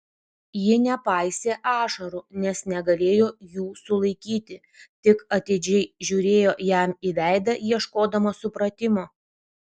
ji nepaisė ašarų nes negalėjo jų sulaikyti tik atidžiai žiūrėjo jam į veidą ieškodama supratimo